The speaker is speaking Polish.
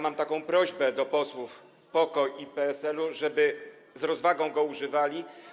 Mam prośbę do posłów PO-KO i PSL-u, żeby z rozwagą go używali.